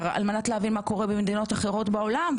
על מנת להבין מה קורה במדינות אחרות בעולם.